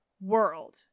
world